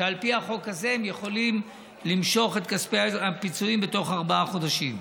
שעל פי החוק הזה הם יכולים למשוך את כספי הפיצויים בתוך ארבעה חודשים.